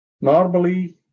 Normally